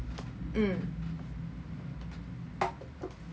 mm